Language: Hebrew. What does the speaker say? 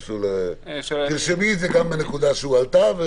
תרשמי את זה כנקודה שהועלתה.